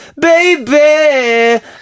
Baby